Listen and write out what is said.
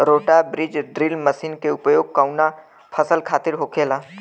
रोटा बिज drill machine के उपयोग कऊना फसल खातिर होखेला?